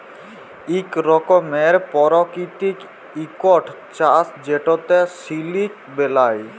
ইক রকমের পারকিতিক ইকট চাষ যেটতে সিলক বেলায়